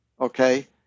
okay